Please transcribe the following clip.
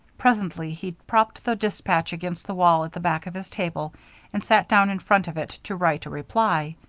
presently he propped the dispatch against the wall at the back of his table and sat down in front of it to write a reply.